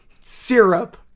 Syrup